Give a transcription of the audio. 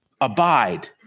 Abide